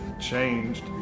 changed